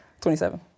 27